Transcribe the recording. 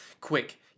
quick